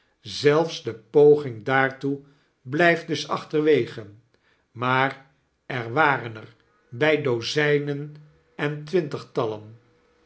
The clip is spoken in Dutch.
zelfs de poging daartoe blijft dus achterwege maar ze waren ar bij dozijnen en twintigtallen en